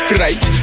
right